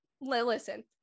Listen